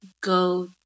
go